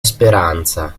speranza